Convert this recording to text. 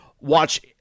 watch